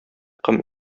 ком